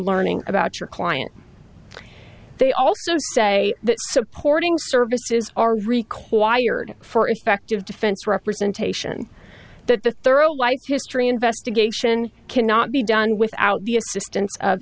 learning about your client they also say that supporting services are required for effective defense representation that the thorough like history investigation cannot be done without the assistance of